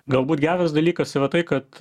galbūt geras dalykas yra tai kad